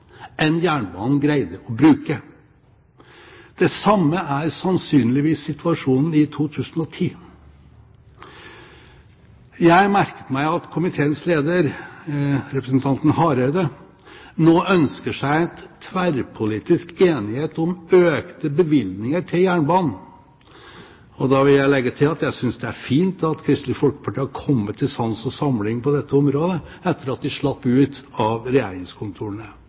enn jernbanen greide å bruke. Det samme er sannsynligvis situasjonen i 2010. Jeg merket meg at komiteens leder, representanten Hareide, nå ønsker seg en tverrpolitisk enighet om økte bevilgninger til jernbanen. Da vil jeg legge til at jeg synes det er fint at Kristelig Folkeparti har kommet til sans og samling på dette området etter at de slapp ut av regjeringskontorene.